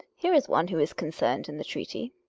here is one who is concerned in the treaty.